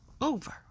over